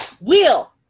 Wheel